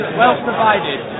well-provided